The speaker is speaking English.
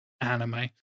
anime